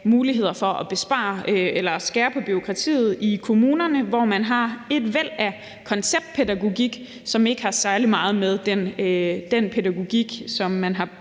muligheder for at skære ned på bureaukratiet i kommunerne, hvor de har et væld af konceptpædagogik, som ikke har særlig meget med den pædagogik, som de har